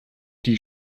die